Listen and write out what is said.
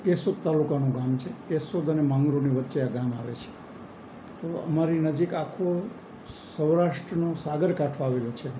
કેશોદ તાલુકાનું ગામ છે કેશોદ અને માંગરોળની વચ્ચે આ ગામ આવે છે તો અમારી નજીક આખો સૌરાષ્ટ્રનો સાગરકાંઠો આવેલો છે